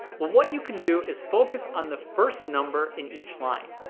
well what you can do is focus on the first number in each line.